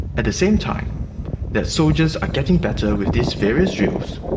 at the same time that soldiers are getting better with these various drills,